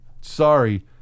Sorry